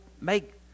make